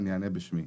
אני אענה בשמי.